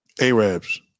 Arabs